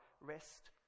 rest